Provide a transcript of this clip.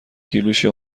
کیلوشه